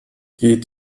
geht